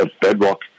bedrock